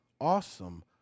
awesome